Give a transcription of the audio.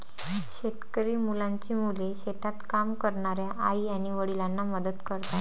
शेतकरी मुलांची मुले शेतात काम करणाऱ्या आई आणि वडिलांना मदत करतात